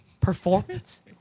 Performance